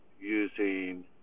using